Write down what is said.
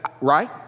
right